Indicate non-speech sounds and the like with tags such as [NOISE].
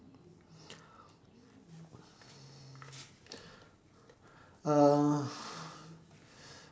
um [BREATH]